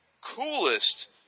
coolest